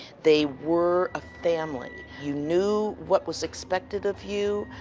they were a family. you knew what was expected of you.